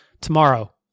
Tomorrow